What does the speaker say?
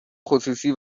خصوصی